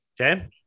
Okay